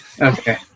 Okay